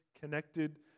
connected